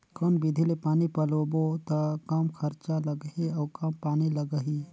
कौन विधि ले पानी पलोबो त कम खरचा लगही अउ कम पानी लगही?